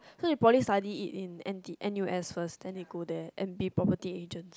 so they probably study it in N_T n_u_s first then they go there and be property agents